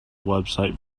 website